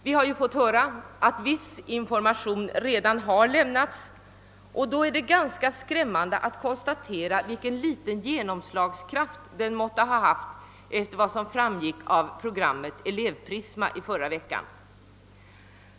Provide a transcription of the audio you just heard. Vi har fått höra att viss information redan lämnats, och då är det ganska skrämmande att konstatera vilken liten genomslagskraft den måtte ha haft att döma av programmet Elevprisma i förra veckan.